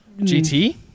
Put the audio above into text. GT